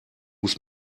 muss